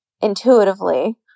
intuitively